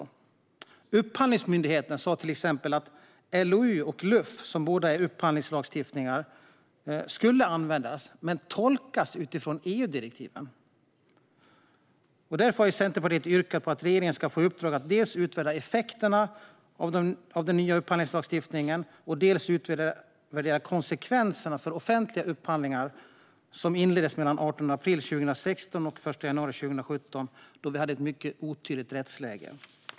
Till exempel sa Upphandlingsmyndigheten att LOU och LUF, som båda är upphandlingslagar, skulle användas men tolkas utifrån EU-direktiven. Därför har Centerpartiet yrkat på att regeringen ska få i uppdrag att dels utvärdera effekterna av den nya upphandlingslagstiftningen och dels utvärdera konsekvenserna för offentliga upphandlingar som inleddes mellan den 18 april 2016 och den 1 januari 2017, då vi hade ett mycket otydligt rättsläge.